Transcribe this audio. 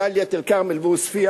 דאלית-אל-כרמל ועוספיא,